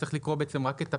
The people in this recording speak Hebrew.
צריך לקרוא בעצם רק את הפתיח,